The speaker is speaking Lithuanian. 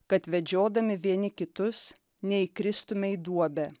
kad vedžiodami vieni kitus neįkristume į duobę